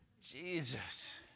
Jesus